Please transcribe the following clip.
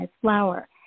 flower